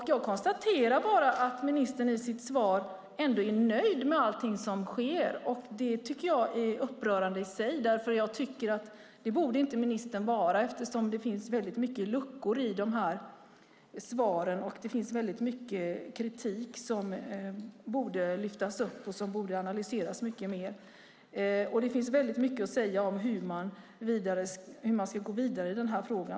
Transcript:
Jag konstaterar bara att ministern i sitt svar är nöjd med allting som sker. Det är upprörande i sig. Det borde inte ministern vara. Det finns väldigt mycket luckor i svaren och kritik som borde lyftas upp och analyseras mycket mer. Det finns väldigt mycket att säga om hur man ska gå vidare i frågan.